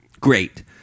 Great